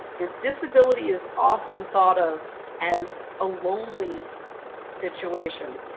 and disability is often thought of as a lonely situation.